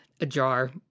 ajar